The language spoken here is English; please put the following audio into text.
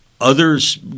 Others